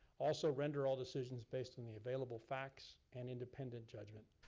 also, render all decisions based on the available facts and independent judgment.